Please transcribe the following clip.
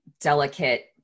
delicate